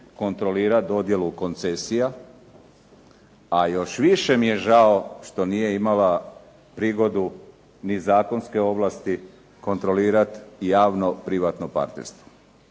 kontrolirati dodjelu koncesija, a još više mi je žao što nije imala prigodu ni zakonske ovlasti kontrolirati javno privatno partnerstvo.